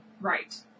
Right